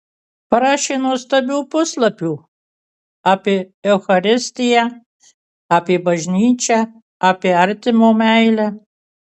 parašė nuostabių puslapių apie eucharistiją apie bažnyčią apie artimo meilę